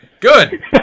Good